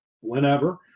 whenever